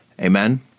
Amen